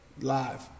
Live